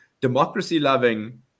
democracy-loving